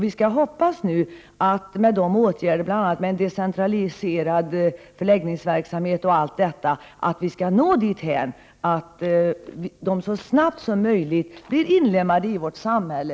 Jag hoppas att man med vissa åtgärder, bl.a. en decentraliserad förläggningsverksamhet m.m. skall nå dithän att flyktingarna så snabbt som möjligt inlemmas i vårt samhälle.